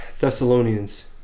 Thessalonians